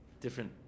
different